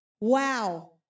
Wow